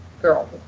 girl